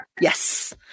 Yes